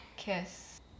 Kiss